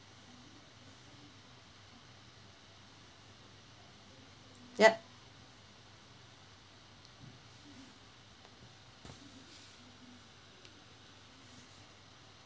yup